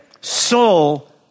soul